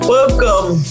Welcome